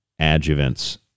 adjuvants